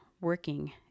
working